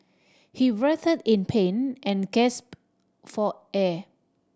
he writhed in pain and gasped for air